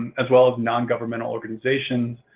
and as well as non-governmental organizations